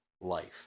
life